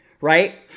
right